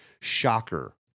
Shocker